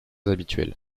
habituelles